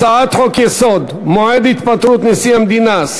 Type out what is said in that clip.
הצעת חוק-יסוד: מועד התפטרות נשיא המדינה,